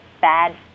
bad